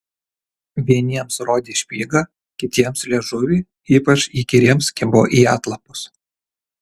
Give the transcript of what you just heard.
vieniems rodė špygą kitiems liežuvį ypač įkyriems kibo į atlapus